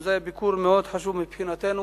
גם זה היה ביקור מאוד חשוב מבחינתנו.